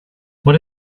what